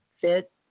fit